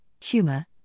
humor